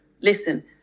listen